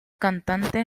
cante